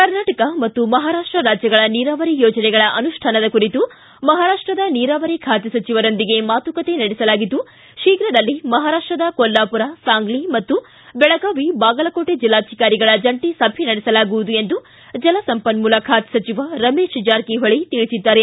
ಕರ್ನಾಟಕ ಮತ್ತು ಮಹಾರಾಷ್ಟ ರಾಜ್ಯಗಳ ನೀರಾವರಿ ಯೋಜನೆಗಳ ಅನುಷ್ಠಾನದ ಕುರಿತು ಮಹಾರಾಷ್ಟದ ನೀರಾವರಿ ಬಾತೆ ಸಚಿವರೊಂದಿಗೆ ಮಾತುಕತೆ ನಡೆಸಲಾಗಿದ್ದು ಶೀಘ್ರದಲ್ಲಿ ಮಹಾರಾಷ್ಟದ ಕೊಲ್ಲಾಪೂರ ಸಾಂಗ್ಲಿ ಮತ್ತು ಬೆಳಗಾವಿ ಬಾಗಲಕೋಟೆ ಜಿಲ್ಲಾಧಿಕಾರಿಗಳ ಜಂಟಿ ಸಭೆ ನಡೆಸಲಾಗುವುದು ಎಂದು ಜಲಸಂಪನ್ನೂಲ ಖಾತೆ ಸಚಿವ ರಮೇಶ ಜಾರಕಿಹೊಳಿ ತಿಳಿಸಿದ್ದಾರೆ